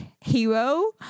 hero